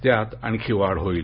त्यात आणखी वाढ होईल